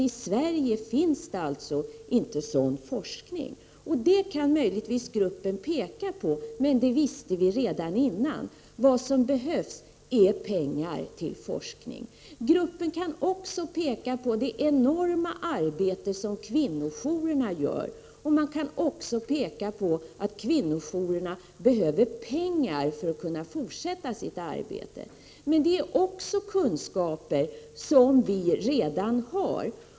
I Sverige finns det alltså inte sådan forskning. Detta kan gruppen möjligtvis peka på. Men det här vet vi ju sedan tidigare. Vad som behövs är pengar till forskning. Gruppen kan också peka på det enorma arbete som kvinnojourerna gör och på att dessa behöver pengar för att kunna fortsätta sitt arbete. Men också här gäller det kunskaper som vi redan har.